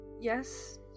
Yes